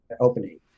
opening